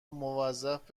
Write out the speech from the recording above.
موظف